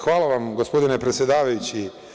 Hvala vam, gospodine predsedavajući.